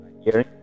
hearing